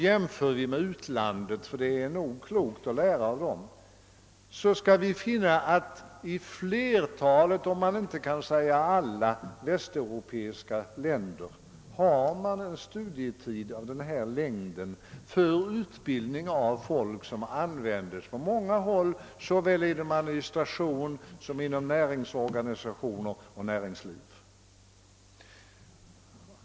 Jämför vi med andra länder — och det är nog klokt att lära av dem — skall vi finna att man i de flesta västeuropeiska länder har en studietid av den längd jag nämnt för utbildning av folk som används på många håll, såväl inom administration som inom näringsorganisationer och näringsliv.